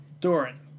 Doran